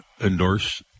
endorse